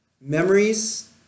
memories